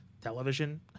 television